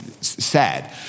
sad